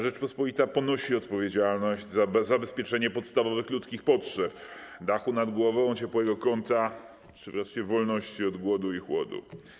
Rzeczpospolita ponosi odpowiedzialność za zabezpieczenie podstawowych ludzkich potrzeb: dachu nad głową, ciepłego kąta, w szczególności wolności od głodu i chłodu.